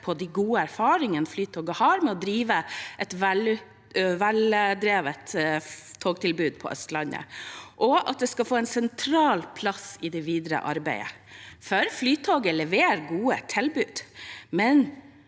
på de gode erfaringene Flytoget har med å drive et veldrevet togtilbud på Østlandet, og at det skal få en sentral plass i det videre arbeidet. Flytoget leverer et godt tilbud,